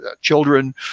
children